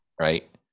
Right